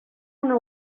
una